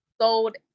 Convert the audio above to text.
sold